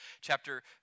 chapter